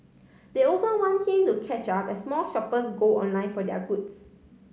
they also want him to catch up as more shoppers go online for their goods